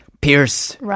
pierce